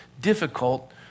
difficult